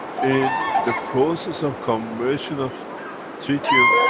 in the process of conversion of tritium,